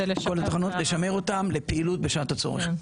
כדי לשמר אותן לפעילות בשעת הצורך.